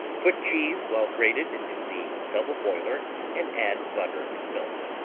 put cheese, well-grated, into the double boiler and add butter and milk.